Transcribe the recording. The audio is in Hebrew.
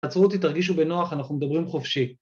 תעצרו אותי, תרגישו בנוח, אנחנו מדברים חופשי.